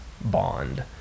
Bond